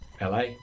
LA